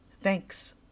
Thanks